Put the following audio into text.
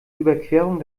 überquerung